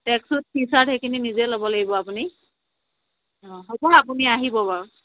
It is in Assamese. ট্ৰেকশ্বুট টি চাৰ্ট সেইখিনি নিজে ল'ব লাগিব আপুনি অ হ'ব আপুনি আহিব বাৰু